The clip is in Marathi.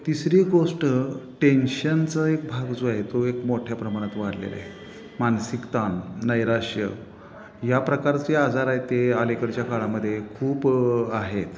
तिसरी गोष्ट टेन्शनचा एक भाग जो आहे तो एक मोठ्या प्रमाणात वाढलेला आहे मानसिक ताण नैराश्य या प्रकारचे आजार आहेत ते आलीकडच्या काळामध्ये खूप आहेत